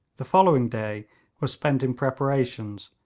the following day was spent in preparations,